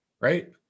right